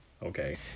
Okay